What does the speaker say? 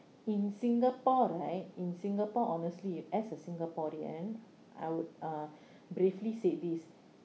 in singapore right in singapore honestly as a singaporean I would uh briefly said this